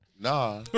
Nah